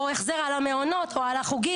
או החזר על המעונות או על החוגים,